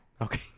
Okay